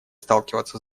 сталкиваться